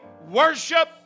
worship